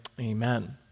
Amen